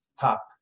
top